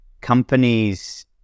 companies